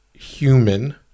Human